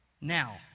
Now